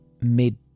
mid